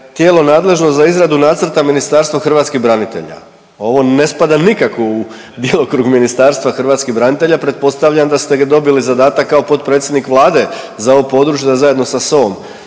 tijelo nadležno za izradu nacrta Ministarstvo hrvatskih branitelja. Ovo ne spada nikako u djelokrug Ministarstva hrvatskih branitelja. Pretpostavljam da ste dobili zadatak kao potpredsjednik Vlade za ovo područje, da zajedno sa SOA-om